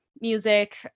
music